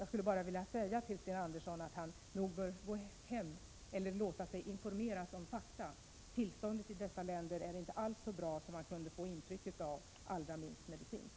Jag skulle bara vilja säga till honom att han nog bör låta sig informeras om fakta: tillståndet i dessa länder är inte alls så bra som man kunde få intryck av genom vad han sade. Det gäller inte minst medicinskt.